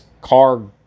car